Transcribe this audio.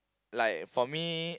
like for me